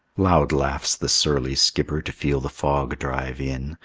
loud laughs the surly skipper to feel the fog drive in,